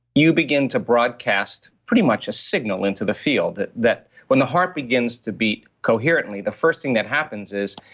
you begin to broadcast pretty much a signal into the field that that when the heart begins to beat coherently, the first thing that happens is,